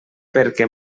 perquè